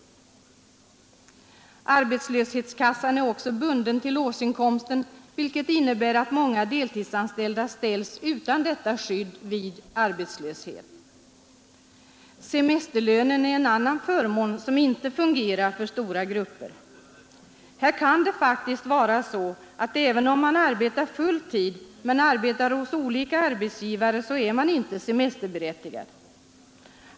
Också arbetslöshetskassan är bunden till årsinkomsten, vilket innebär att många deltidsanställda ställs utan detta skydd vid arbetslöshet. Semesterlönen är en annan förmån som inte fungerar för stora grupper. Här kan det faktiskt vara så att även om man arbetar full tid men hos olika arbetsgivare, är man inte semesterberättigad.